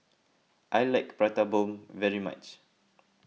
I like Prata Bomb very much